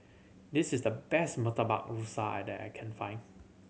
this is the best Murtabak Rusa I that I can find